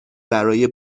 برای